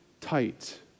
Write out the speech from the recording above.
tight